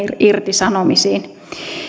irtisanomisiin